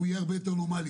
הוא יהיה הרבה יותר נורמלי.